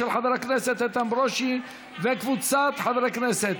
של חבר הכנסת איתן ברושי וקבוצת חברי הכנסת.